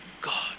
God